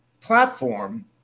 platform